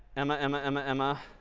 emma, emma, emma, emma,